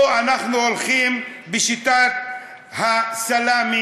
או אנחנו שהולכים בשיטת הסלאמי,